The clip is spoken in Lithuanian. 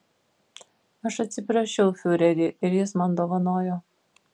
aš atsiprašiau fiurerį ir jis man dovanojo